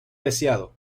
deseado